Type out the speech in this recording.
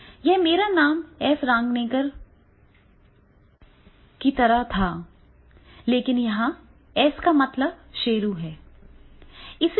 यह मेरा नाम एस रंगनेकर पसंद करता है लेकिन यहां एस का मतलब शेरू है